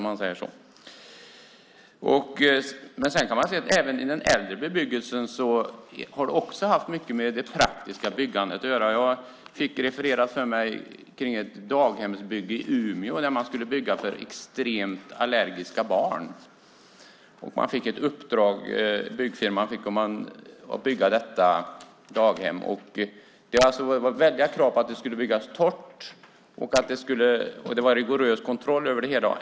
Det praktiska byggandet har haft stor betydelse även i den äldre bebyggelsen. Jag fick refererat för mig om ett daghemsbygge i Umeå, där man skulle bygga för extremt allergiska barn. Byggfirman fick i uppdrag att bygga detta daghem, och det var väldiga krav på att det skulle byggas torrt. Det var rigorös kontroll över det hela.